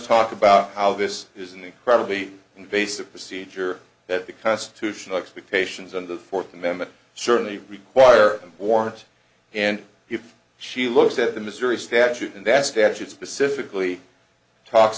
talk about how this is an incredibly invasive procedure that the constitutional expectations of the fourth amendment certainly require a warrant and if she looks at the missouri statute and that statute specifically talks